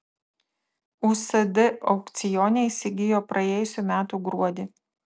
usd aukcione įsigijo praėjusių metų gruodį